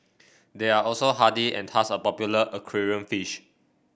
they are also hardy and thus a popular aquarium fish